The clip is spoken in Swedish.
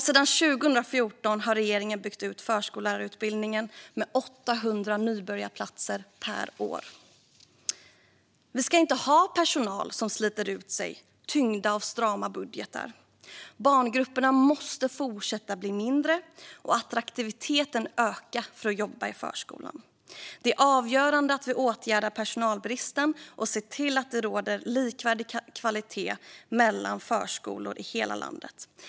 Sedan 2014 har regeringen också byggt ut förskollärarutbildningen med 800 nybörjarplatser per år. Vi ska inte ha personal som sliter ut sig, tyngda av strama budgetar. Barngrupperna måste fortsätta bli mindre, och attraktiviteten för att jobba i förskolan måste öka. Det är avgörande att vi åtgärdar personalbristen och ser till att kvaliteten på alla förskolor i hela landet är likvärdig.